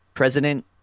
President